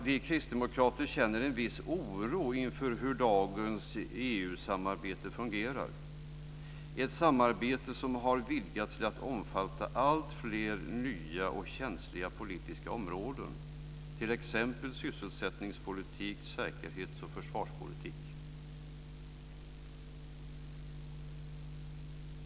Vi kristdemokrater känner en viss oro inför hur dagens EU-samarbete fungerar, ett samarbete som har vidgats till att omfatta alltfler nya och känsliga politiska områden, t.ex. sysselsättningspolitik och säkerhets och försvarspolitik.